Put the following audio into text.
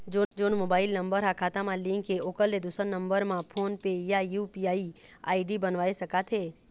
जोन mobile number हा खाता मा लिन्क हे ओकर ले दुसर नंबर मा फोन पे या यू.पी.आई आई.डी बनवाए सका थे?